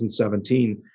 2017